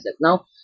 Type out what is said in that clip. Now